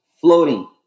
floating